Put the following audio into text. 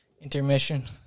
Intermission